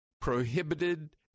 prohibited